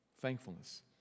Thankfulness